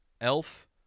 elf